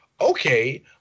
okay